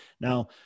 Now